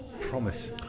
Promise